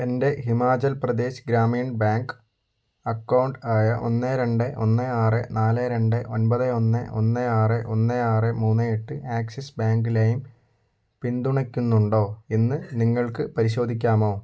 എൻ്റെ Himachal Pradesh Gramin bank account ആയ ഒന്ന് രണ്ട് ഒന്ന് ആറ് നാല് രണ്ട് ഒൻപത് ഒന്ന് ഒന്ന് ആറ് ഒന്ന് ആറ് മൂന്ന് എട്ട് ആക്സിസ് ബാങ്ക് ലൈം പിന്തുണയ്ക്കുന്നുണ്ടോ എന്ന് നിങ്ങൾക്ക് പരിശോധിക്കാമോ